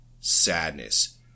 sadness